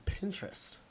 Pinterest